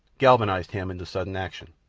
galvanized him into sudden action.